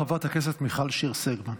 חברת הכנסת מיכל שיר סגמן.